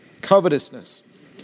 covetousness